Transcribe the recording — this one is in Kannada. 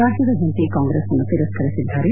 ರಾಜ್ವದ ಜನತೆ ಕಾಂಗ್ರೆಸ್ ಅನ್ನು ತಿರಸ್ತರಿಸಿದ್ದಾರೆ